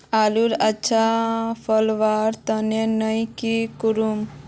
आलूर अच्छा फलवार तने नई की करूम?